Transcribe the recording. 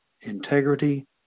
Integrity